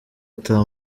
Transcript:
ata